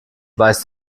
weißt